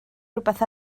rhywbeth